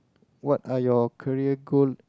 what are your career goal